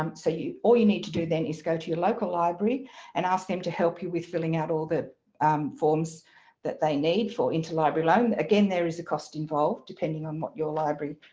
um so you, all you need to do then is go to your local library and ask them to help you with filling out all the forms that they need for interlibrary loan. again there is a cost involved depending on what your library,